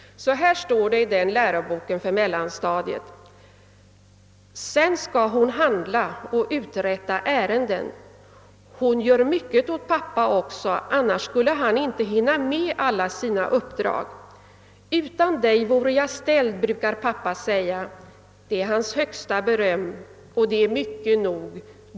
Det lyder på följande sätt: »Sedan skall hon handla och uträtta ärenden. Hon gör mycket åt pappa också, annars skulle han inte hinna med alla sina uppdrag. Utan dig vore jag ställd, brukar pappa säga. Det är hans högsta beröm, och det är mycket nog.